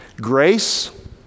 grace